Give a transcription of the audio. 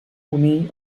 unir